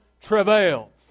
travail